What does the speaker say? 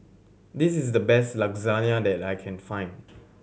this is the best Lasagne that I can find